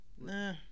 nah